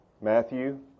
Matthew